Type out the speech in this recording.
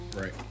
right